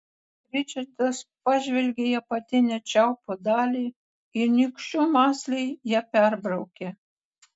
ričardas pažvelgė į apatinę čiaupo dalį ir nykščiu mąsliai ją perbraukė